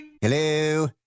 Hello